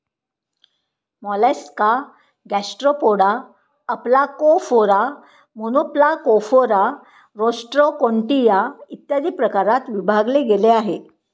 Mollusca Gastropoda, Aplacophora, Monoplacophora, Rostroconchia, इत्यादी प्रकारात विभागले गेले आहे